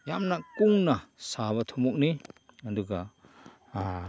ꯌꯥꯝꯅ ꯀꯨꯡꯅ ꯁꯥꯕ ꯊꯨꯝꯃꯣꯛꯅꯤ ꯑꯗꯨꯒ